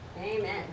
Amen